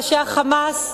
ראשי ה"חמאס",